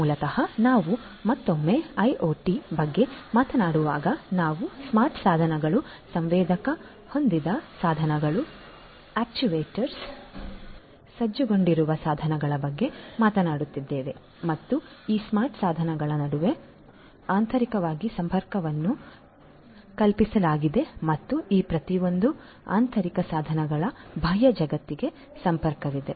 ಮೂಲತಃ ನಾವು ಮತ್ತೊಮ್ಮೆ ಐಒಟಿ ಬಗ್ಗೆ ಮಾತನಾಡುವಾಗ ನಾವು ಸ್ಮಾರ್ಟ್ ಸಾಧನಗಳು ಸಂವೇದಕ ಹೊಂದಿದ ಸಾಧನಗಳು ಆಕ್ಯೂವೇಟರ್ ಸಜ್ಜುಗೊಂಡಿರುವ ಸಾಧನಗಳ ಬಗ್ಗೆ ಮಾತನಾಡುತ್ತಿದ್ದೇವೆ ಮತ್ತು ಈ ಸ್ಮಾರ್ಟ್ ಸಾಧನಗಳ ನಡುವೆ ಆಂತರಿಕವಾಗಿ ಸಂಪರ್ಕವನ್ನು ಕಲ್ಪಿಸಲಾಗಿದೆ ಮತ್ತು ಈ ಪ್ರತಿಯೊಂದು ಆಂತರಿಕ ಸಾಧನಗಳ ಬಾಹ್ಯ ಜಗತ್ತಿಗೆ ಸಂಪರ್ಕವಿದೆ